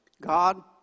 God